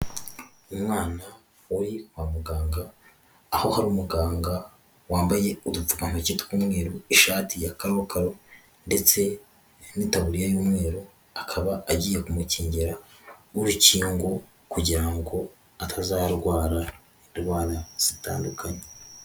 Umwana wari kwa muganga aho hari umuganga wambaye udupfumbatoki tw'umweru, ishati ya karokaro ndetse n'itaburiya y'umweru, akaba agiye kumukingira urukingo kugira ngo atazarwara indwara zitandukanye.